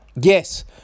Yes